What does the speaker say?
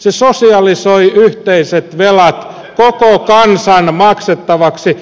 se sosialisoi yhteiset velat koko kansan maksettavaksi